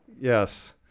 Yes